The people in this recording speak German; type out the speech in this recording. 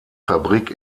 fabrik